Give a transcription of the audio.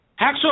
Hacksaw